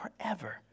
forever